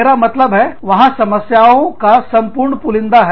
मेरा मतलब है वहां समस्याओं का संपूर्ण पुलिंदा का है